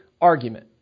argument